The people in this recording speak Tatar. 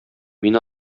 мин